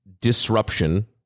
disruption